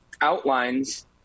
outlines